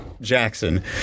Jackson